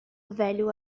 velho